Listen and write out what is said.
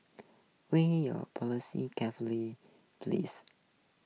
weigh your policy carefully please